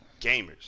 gamers